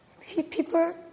people